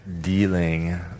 dealing